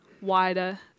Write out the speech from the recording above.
wider